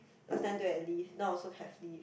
last time don't have lift now also have lift